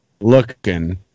looking